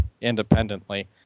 independently